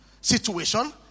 situation